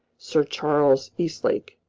sir charles eastlake.